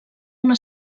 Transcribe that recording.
una